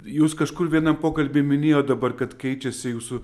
jūs kažkur vienam pokalby minėjot dabar kad keičiasi jūsų